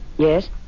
Yes